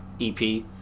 EP